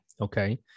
okay